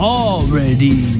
already